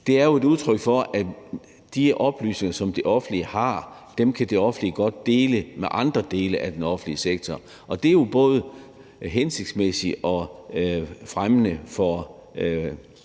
Det er jo et udtryk for, at de oplysninger, som det offentlige har, kan det offentlige godt dele med andre dele af den offentlige sektor, og det er jo både hensigtsmæssigt og fremmende for